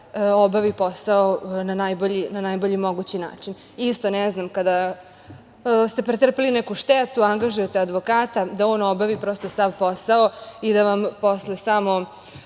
obavi posao na najbolji mogući način. Isto, kada ste pretrpeli neku štetu angažujete advokata da on obavi prosto sav posao i da vam posle samo